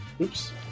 Oops